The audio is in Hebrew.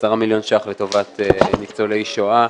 10 מיליון שקלים חדשים לטובת ניצולי שואה,